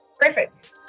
Perfect